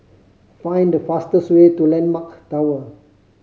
find the fastest way to Landmark Tower